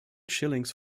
shillings